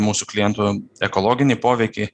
mūsų klientų ekologinį poveikį